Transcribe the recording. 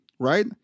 Right